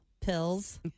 pills